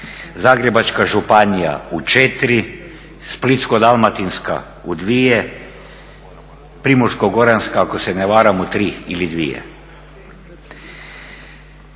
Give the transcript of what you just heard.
Zagrebačka županija u 4, Splitsko-dalmatinska u 2, Primorsko-goranska ako se ne varam u 3 ili 2.